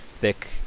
thick